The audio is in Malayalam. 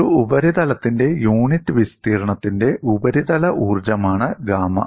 ഒരു ഉപരിതലത്തിന്റെ യൂണിറ്റ് വിസ്തീർണ്ണത്തിന്റെ ഉപരിതല ഊർജ്ജമാണ് ഗാമ